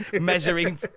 measuring